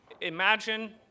imagine